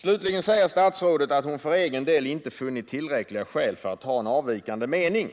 Slutligen säger statsrådet att hon ”för egen del inte funnit tillräckliga skäl för att ha en avvikande mening”.